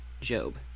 Job